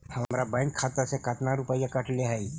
हमरा बैंक खाता से कतना रूपैया कटले है?